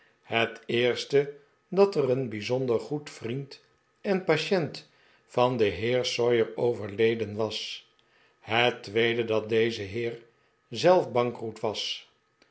het eerste dat er een bijzonder goed vriend en patient van den heer sawyer overleden was het tweede dat deze heer zelf bankroet was